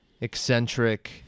eccentric